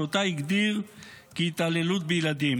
שאותה הגדיר כהתעללות בילדים.